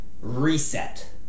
Reset